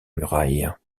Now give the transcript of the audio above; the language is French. muraille